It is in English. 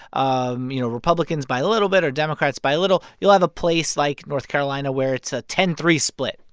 um you know, republicans by a little bit are democrats by little, you'll have a place like north carolina, where it's a ten three split,